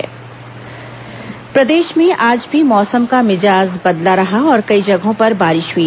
मौसम प्रदेश में आज भी मौसम का मिजाज बदला रहा और कई जगहों पर बारिश हुई